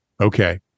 Okay